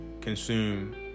consume